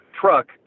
truck